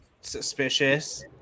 suspicious